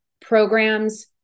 programs